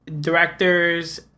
directors